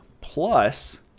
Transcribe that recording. Plus